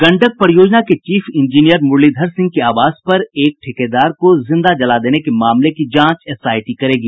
गंडक परियोजना के chief engineer Muralidhar Singh के आवास पर एक ठेकेदार को जिंदा जला देने के मामले की जांच एसआईटी करेगी